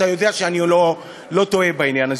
ואתה יודע שאני לא טועה בעניין הזה.